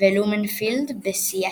ולומן פילד בסיאטל.